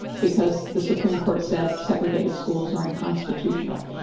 because the supreme court said segregated schools are unconstitutional.